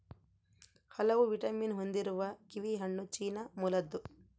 ಹಲವು ವಿಟಮಿನ್ ಹೊಂದಿರುವ ಕಿವಿಹಣ್ಣು ಚೀನಾ ಮೂಲದ್ದು